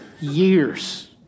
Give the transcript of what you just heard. years